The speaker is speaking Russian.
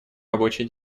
рабочий